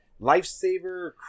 lifesaver